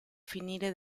finire